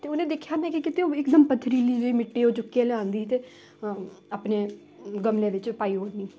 ते उ'नें दिक्खेआ में केह् कीता इकदम पत्थरीली मिट्टी ओह् चुक्कियै लेआंदी ते अपने गमले बिच्च पाई ओड़नी